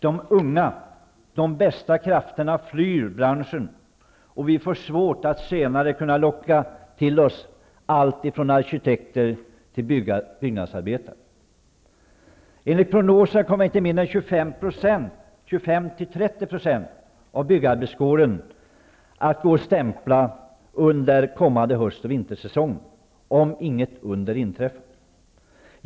De unga, de bästa krafterna flyr branschen, och vi får svårt att senare kunna locka till oss allt ifrån arkitekter till byggnadsarbetare. Enligt prognosen kommer inte mindre än 25--30 % av byggarbetskåren att gå och stämpla under kommande höst och vintersäsong, om inget under inträffar.